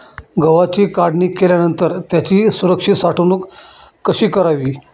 गव्हाची काढणी केल्यानंतर त्याची सुरक्षित साठवणूक कशी करावी?